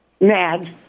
mad